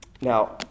Now